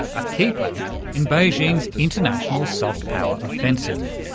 a key plank in beijing's international soft power offensive.